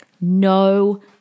No